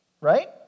Right